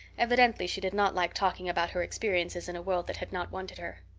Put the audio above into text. evidently she did not like talking about her experiences in a world that had not wanted her.